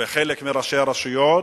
וחלק מראשי הרשויות,